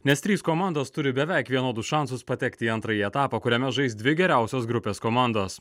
nes trys komandos turi beveik vienodus šansus patekti į antrąjį etapą kuriame žais dvi geriausios grupės komandos